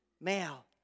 male